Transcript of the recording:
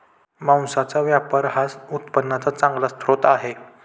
मांसाचा व्यापार हा उत्पन्नाचा चांगला स्रोत आहे